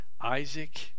isaac